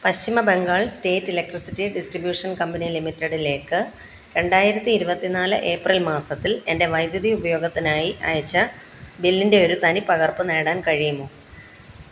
പശ്ചിമ Bengal state electricity distribution company ലിമിറ്റഡിലേക്ക് രണ്ടായിരത്തി ഇരുപത്തിനാല് ഏപ്രിൽ മാസത്തിൽ എൻ്റെ വൈദ്യുതി ഉപയോഗത്തിനായി അയച്ച ബില്ലിൻ്റെ ഒരു തനി പകർപ്പ് നേടാൻ കഴിയുമോ